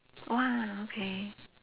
!wah! okay